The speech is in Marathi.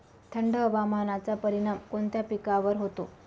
थंड हवामानाचा परिणाम कोणत्या पिकावर होतो?